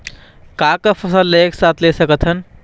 का का फसल ला एक साथ ले सकत हन?